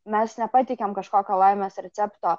mes nepateikiam kažkokio laimės recepto